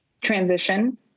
transition